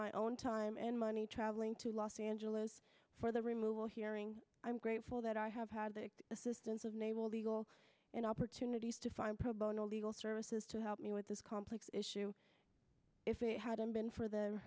my own time and money traveling to los angeles for the removal hearing i'm grateful that i have had the assistance of naval legal and opportunities to find pro bono legal services to help me with this complex issue if it hadn't been for the